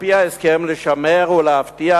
על-פי ההסכם, לשמר ולהבטיח